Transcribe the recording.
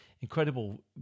incredible